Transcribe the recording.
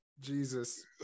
jesus